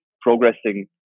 progressing